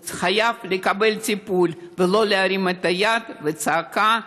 הוא חייב לקבל טיפול ולא להרים יד וצעקה,